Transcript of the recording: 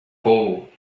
gold